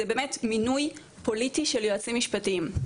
זה באמת מינוי פוליטי של יועצים משפטיים,